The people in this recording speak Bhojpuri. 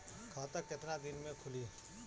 खाता कितना दिन में खुलि?